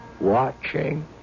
watching